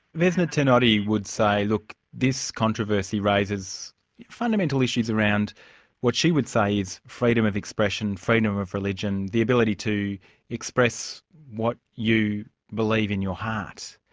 vesna tenodi would say look, this controversy raises fundamental issues around what she would say is freedom of expression, freedom of religion, the ability to express what you believe in your heart.